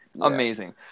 Amazing